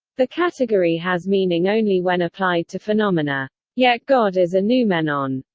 the category has meaning only when applied to phenomena. yet god is a noumenon.